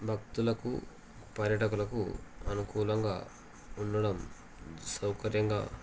భక్తులకు పర్యాటకులకు అనుకూలంగా ఉండడం సౌకర్యంగా